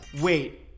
Wait